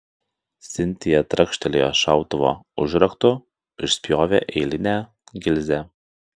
sintija trakštelėjo šautuvo užraktu išspjovė eilinę gilzę